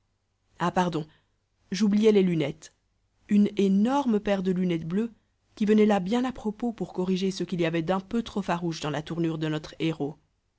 ah pardon j'oubliais les lunettes une énorme paire de lunettes bleues qui venaient là bien à propos pour corriger ce qu'il y avait d'un pen trop farouche dans la tournure de notre héros